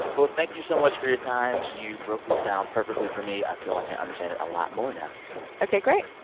thank you so much for your time. you broke this down perfectly for me. i feel like i understand it a lot more now ok. great.